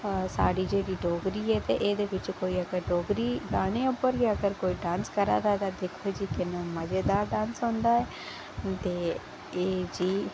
ते साढ़ी डेह्की डोगरी ऐ ते एह्दे बिच अगर कोई डोगरी गाने पर गै अगर कोई डांस करा दा ते दिक्खो जी किन्ना मज़ेदार डांस होंदा ऐ ते एह् जेही